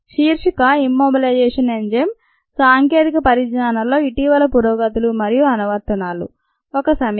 శీర్షిక immobilisation enzyme సాంకేతికపరిజ్ఞానాల్లో ఇటీవల పురోగతులు మరియు అనువర్తనాలు ఒక సమీక్ష